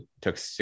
took